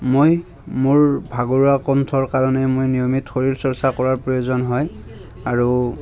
মই মোৰ ভাগৰুৱা কন্ঠৰ কাৰণে মই নিয়মিত শৰীৰ চৰ্চা কৰাৰ প্ৰয়োজন হয় আৰু